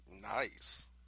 Nice